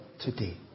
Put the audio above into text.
today